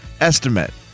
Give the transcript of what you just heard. estimate